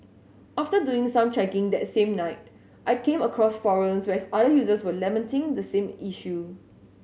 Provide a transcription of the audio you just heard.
after doing some checking that same night I came across forums where other users were lamenting the same issue